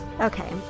Okay